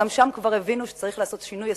גם שם כבר הבינו שצריך לעשות שינוי יסודי,